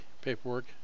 paperwork